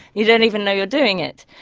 you don't even know you're doing it,